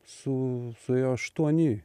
su suėjo aštuoni